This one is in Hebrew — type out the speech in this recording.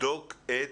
יבדוק את